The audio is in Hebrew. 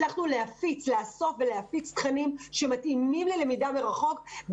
הצלחנו לאסוף ולהפיץ תכנים שמתאימים ללמידה מרחוק,